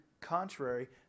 contrary